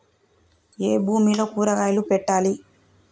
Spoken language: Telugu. ఏ భూమిలో కూరగాయలు పెట్టాలి?